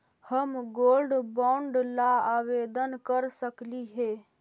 हम gold bond ला आवेदन कर सकली हे?